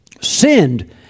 sinned